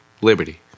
liberty